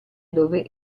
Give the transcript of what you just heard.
dove